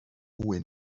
mwy